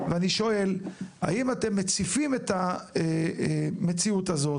אז אני שואל, האם אתם מציפים את המציאות הזאת?